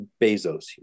bezos